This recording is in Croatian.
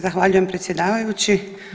Zahvaljujem predsjedavajući.